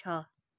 छ